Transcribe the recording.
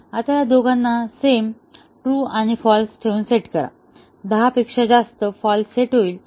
आता या दोघांना सेम ट्रू आणि फाल्स ठेवून सेट करा 10 पेक्षा जास्त फाँल्स सेट होईल